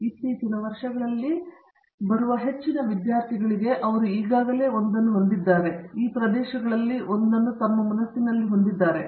ಮತ್ತು ಇತ್ತೀಚಿನ ವರ್ಷಗಳಲ್ಲಿ ಬರುವ ಹೆಚ್ಚಿನ ವಿದ್ಯಾರ್ಥಿಗಳಿಗೆ ಅವರು ಈಗಾಗಲೇ ಒಂದನ್ನು ಹೊಂದಿದ್ದಾರೆ ಅಥವಾ ಈ ಪ್ರದೇಶಗಳಲ್ಲಿ ಒಂದನ್ನು ತಮ್ಮ ಮನಸ್ಸಿನಲ್ಲಿ ಹೊಂದಿದ್ದಾರೆ